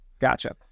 Gotcha